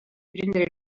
prendere